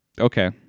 okay